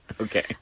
Okay